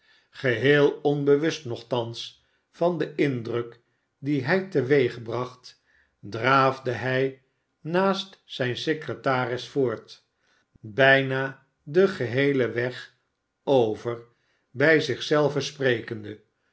geheel onbewust nogtans van den indruk dien hij teweegbracht draafde hij naast zijn secretaris voort bijna den geheelen weg over bij zich zelven sprekende